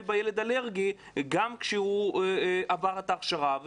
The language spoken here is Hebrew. בילד אלרגי גם כשהוא עבר את ההכשרה,